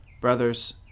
Brothers